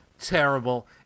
terrible